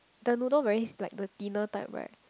the noodle very like the thinner type right